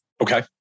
Okay